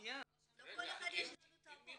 לכל אחד יש טאבו.